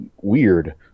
Weird